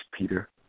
Peter